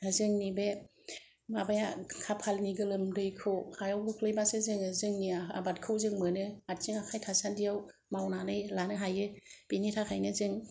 जोंनि बे माबाया खाफालनि गोलोमदैखौ हायाव खोख्लैबासो जोङो जोंनि आबादखौ जों मोनो आथिं आखाइ थासान्दियाव मावनानै लानो हायो बिनि थाखायनो जों